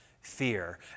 fear